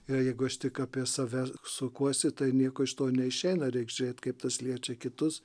ir jeigu aš tik apie save sukuosi tai nieko iš to neišeina reik žiūrėt kaip tas liečia kitus